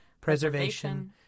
preservation